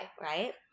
Right